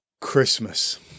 Christmas